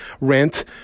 rent